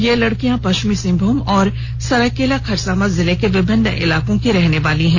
ये सभी लड़कियां पश्चिमी सिंहभूम और सरायर्कला खरसांवा जिले के विभिन्न इलाकों की रहने वाली हैं